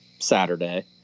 Saturday